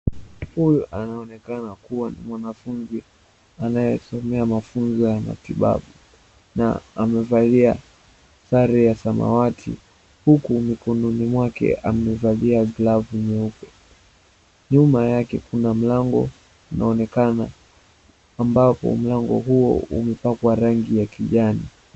Huyu anaonekana kuwa mwanafunzi anayesomea mafunzo ya matibabu na amevalia sare ya samawati, huku mikononi mwake amevalia glavu nyeupe. Nyuma yake kuna mlango unaonekana ambapo mlango huo umepakwa rangi ya kijani.